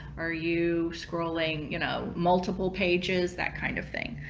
are you scrolling you know multiple pages? that kind of thing.